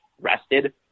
rested